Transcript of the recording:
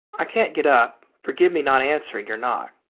i can't get up. forgive me not answering your knock.